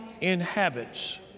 inhabits